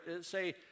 say